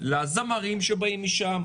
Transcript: לזמרים שבאים משם,